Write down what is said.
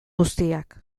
guztiak